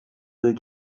deux